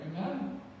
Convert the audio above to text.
Amen